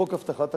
חוק הבטחת הכנסה,